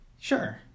Sure